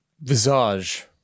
visage